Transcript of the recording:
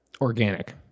Organic